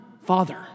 father